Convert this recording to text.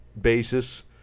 basis